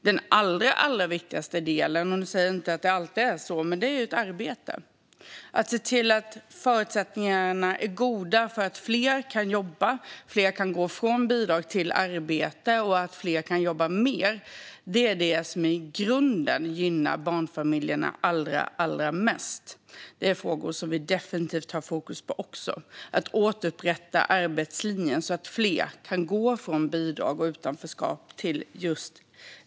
Den allra viktigaste delen - nu säger jag inte att det alltid är så - är att se till att förutsättningarna är goda så att fler kan jobba, så att fler kan gå från bidrag till arbete och fler kan jobba mer. Det gynnar i grunden mest barnfamiljerna. Och vi har definitivt fokus på att återupprätta arbetslinjen så att fler kan gå från bidrag och utanförskap till ett arbete.